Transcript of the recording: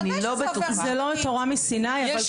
נמצא פה